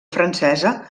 francesa